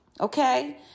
okay